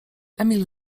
emil